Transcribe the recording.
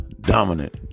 Dominant